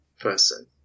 person